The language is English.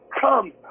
Come